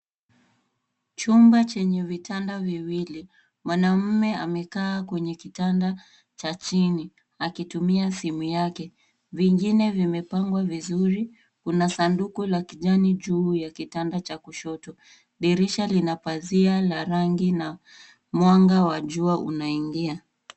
Chumba chenye vitanda viwili. Mwanamume amekaa kwenye kitanda cha chini akitumia simu yake. Vingine vimepangwa vizuri. Kuna sanduku la kijani juu ya kitanda cha kushoto. Dirisha lina pazia la rangi na mwanga wa jua unaingia.